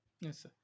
Yes